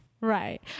right